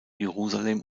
jerusalem